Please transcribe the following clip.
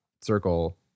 circle